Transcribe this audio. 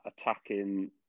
attacking